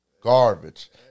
Garbage